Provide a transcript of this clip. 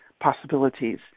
possibilities